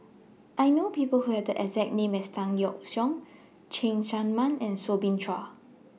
I know People Who Have The exact name as Tan Yeok Seong Cheng Tsang Man and Soo Bin Chua